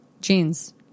jeans